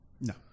no